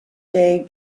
dai